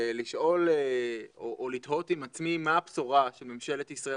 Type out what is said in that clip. ולשאול או לתהות עם עצמי מה הבשורה של ממשלת ישראל